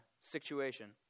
situation